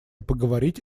поговорить